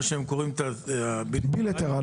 מה שהם קוראים הסכם בילטרלי.